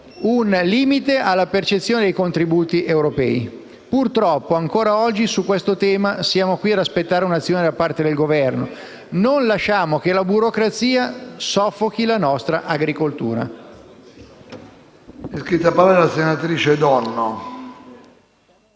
un limite alla percezione dei contributi europei. Purtroppo ancora oggi, su questo tema, ci troviamo ad aspettare un'azione da parte del Governo. Non lasciamo che la burocrazia soffochi la nostra agricoltura!